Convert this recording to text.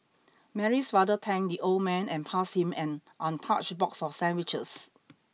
Mary's father thanked the old man and passed him an untouched box of sandwiches